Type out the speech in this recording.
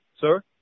Sir